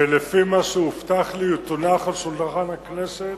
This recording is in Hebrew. ולפי מה שהובטח לי היא תונח על שולחן הכנסת